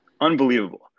Unbelievable